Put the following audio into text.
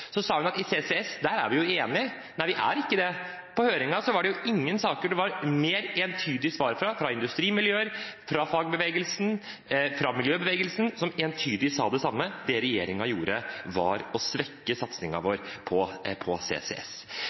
Så sa hun at om CCS er vi enige. Nei, vi er ikke det. På høringen var det ingen saker der det var et mer entydig svar, fra industrimiljøer, fra fagbevegelsen, fra miljøbevegelsen, som sa det samme: Det regjeringen gjør, er å svekke satsingen vår på CCS.